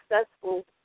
successful